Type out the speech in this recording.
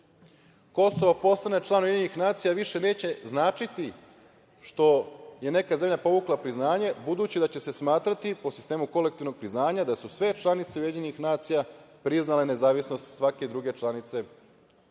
Kosovo postane član UN, više neće značiti što je neka zemlja povukla priznanje budući da će se smatrati, po sistemu kolektivnog priznanja, da su sve članice UN priznale nezavisnost svake druge članice